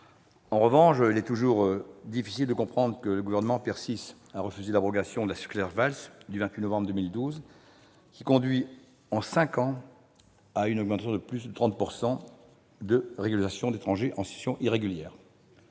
En revanche, il est toujours difficile de comprendre que le Gouvernement persiste à refuser l'abrogation de la circulaire Valls du 28 novembre 2012, qui a conduit en cinq ans à une augmentation de plus de 30 % des régularisations d'étrangers en situation irrégulière.